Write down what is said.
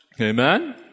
Amen